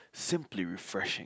simply refreshing